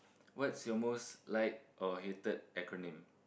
what's your most like or hated acronym